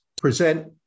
present